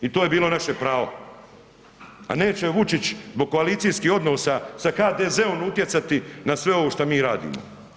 I to je bilo naše pravo a neće Vučić zbog koalicijskih odnosa sa HDZ-om utjecati na sve ovo šta mi radimo.